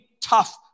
tough